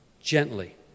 gently